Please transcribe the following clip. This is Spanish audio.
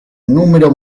número